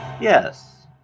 Yes